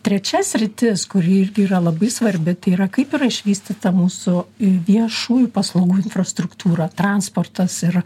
trečia sritis kuri irgi yra labai svarbi tai yra kaip yra išvystyta mūsų viešųjų paslaugų infrastruktūra transportas ir